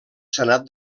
senat